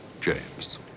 James